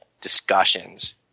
discussions